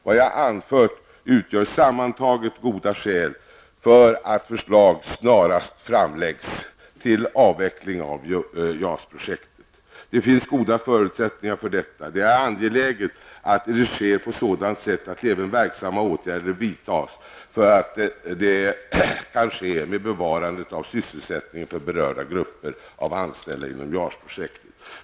Vad jag anfört utgör sammantaget goda skäl för att förslag snarast framläggs till en avveckling av JAS-projektet. Det finns goda förutsättningar för detta. Det är angeläget att det görs på sådant sätt att även verksamma åtgärder vidtas för att det kan ske med bevarandet av sysselsättningen för berörda grupper av anställda inom JAS-projektet.